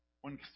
One